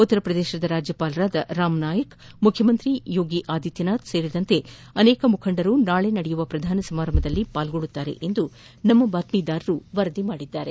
ಉತ್ತರಪ್ರದೇಶ ರಾಜ್ಯಪಾಲರಾದ ರಾಮನಾಯಕ್ ಮುಖ್ಯಮಂತ್ರಿ ಯೋಗಿಆಧಿತ್ತನಾಥ್ ಸೇರಿದಂತೆ ಅನೇಕ ಮುಖಂಡರು ನಾಳೆ ನಡೆಯಲಿರುವ ಪ್ರಧಾನ ಸಮಾರಂಭದಲ್ಲಿ ಪಾಲ್ಗೊಳ್ಳಲಿದ್ದಾರೆಂದು ನಮ್ಮ ಬಾತ್ಮೀದಾರರು ವರದಿಮಾಡಿದ್ದಾರೆ